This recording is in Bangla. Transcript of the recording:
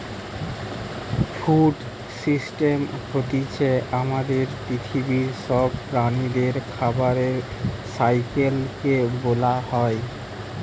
ফুড সিস্টেম হতিছে আমাদের পৃথিবীর সব প্রাণীদের খাবারের সাইকেল কে বোলা হয়